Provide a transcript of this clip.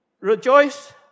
Rejoice